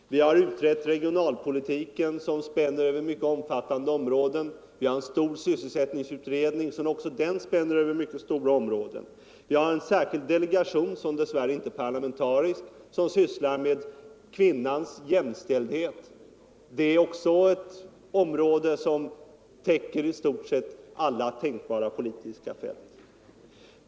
Vi har utrett regionalpolitiken som spänner över mycket stora områden. Vi har en stor sysselsättningsutredning som också den spänner över mycket stora områden. Vi har en särskild delegation —- dess värre inte parlamentarisk — som sysslar med kvinnans jämställdhet; det är också ett område som täcker i stort sett alla tänkbara politiska fält.